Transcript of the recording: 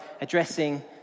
addressing